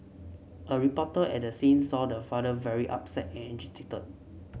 a reporter at the scene saw the father very upset and agitated